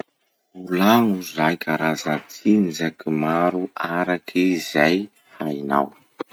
Volagno zay karaza tsinjaky maro araky zay hainao.